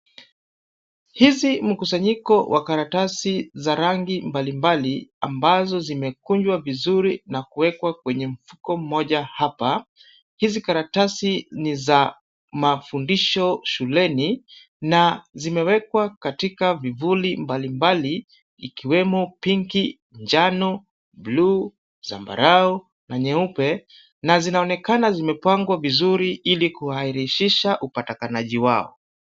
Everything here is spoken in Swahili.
Hizi mkusanyiko wa karatasi za rangi mbalimbali ambazo zimekunjwa vizuri na kuwekwa kwenye mfuko mmoja hapa, hizi karatasi ni za mafundisho shuleni na zimewekwa katika vivuli mbalimbali ikiwemo pinki , njano, bluu, zambarau na nyeupe na zinaonekana zimepangwa vizuri ili kurahisisha upatikanaji wao.